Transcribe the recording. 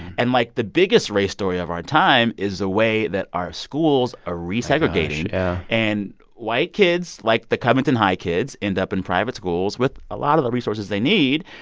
and, like, the biggest race story of our time is the way that our schools are resegregating yeah and white kids, like the covington high kids, end up in private schools with a lot of the resources they need.